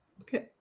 Okay